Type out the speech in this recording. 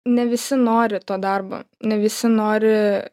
ne visi nori to darbo ne visi nori